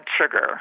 sugar